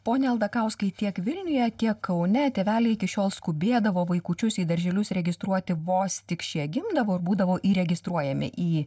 pone aldakauskai tiek vilniuje tiek kaune tėveliai iki šiol skubėdavo vaikučius į darželius registruoti vos tik šie gimdavo ir būdavo įregistruojami į